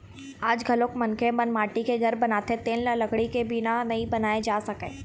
आज घलोक मनखे मन माटी के घर बनाथे तेन ल लकड़ी के बिना नइ बनाए जा सकय